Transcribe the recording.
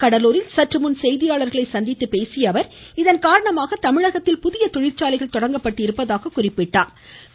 கடலூரில் சற்றுமுன் செய்தியாளர்களை சந்தித்து பேசிய அவர் இதன்காரணமாக தமிழகத்தில் புதிய தொழிற்சாலைகள் தொடங்கப்பட்டிருப்பதாக குறிப்பிட்டார்